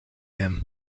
him